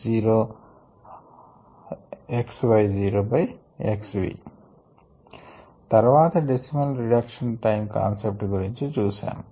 303kdxv0xv తర్వాత decimal reduction time concept గురించి చూశాము